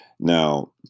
Now